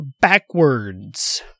backwards